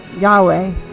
yahweh